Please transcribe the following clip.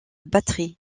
batterie